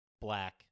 black